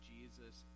Jesus